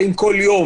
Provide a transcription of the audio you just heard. באים כל יום.